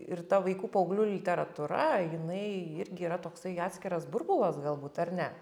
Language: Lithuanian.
ir ta vaikų paauglių literatūra jinai irgi yra toksai atskiras burbulas galbūt ar ne